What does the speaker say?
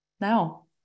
now